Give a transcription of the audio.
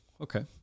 Okay